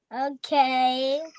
Okay